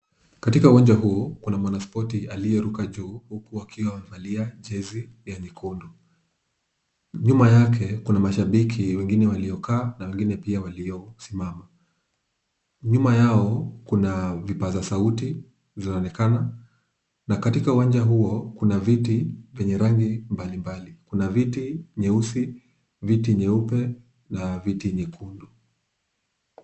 Katika uwanja huu kuna mwanaspoti aliyeruka juu huku akiwa amevalia jezi ya nyekundu. Nyuma yake kuna mashabiki wengine waliokaa na wengine pia waliosimama. Nyuma yao kuna vipaza sauti zinaonekana na katika uwanja huo kuna viti vyenye rangi mbalimbali. Kuna viti nyeusi, viti nyeupe na viti nyekundu.